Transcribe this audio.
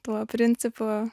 tuo principu